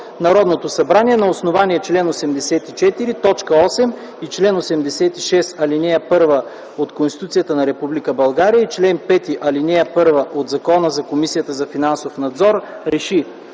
Народното събрание на основание чл. 84, т. 8 и чл. 86, ал. 1 от Конституцията на Република България, и чл. 5, ал. 1 от Закона за Комисията за финансов надзор РЕШИ: